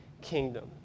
kingdom